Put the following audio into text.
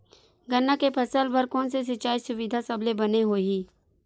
गन्ना के फसल बर कोन से सिचाई सुविधा सबले बने होही?